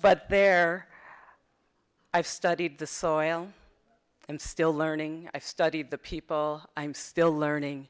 but there i've studied the soil i'm still learning i studied the people i'm still learning